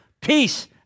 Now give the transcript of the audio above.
peace